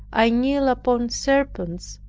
i kneeled upon serpents,